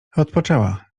odpoczęła